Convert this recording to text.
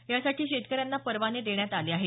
यासाठी शेतकऱ्यांना परवाने देण्यात आले आहेत